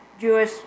Jewish